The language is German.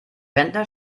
rentner